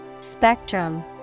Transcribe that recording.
Spectrum